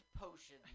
potion